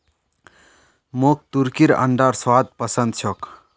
मोक तुर्कीर अंडार स्वाद पसंद छोक